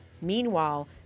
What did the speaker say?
Meanwhile